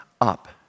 up